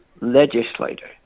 legislator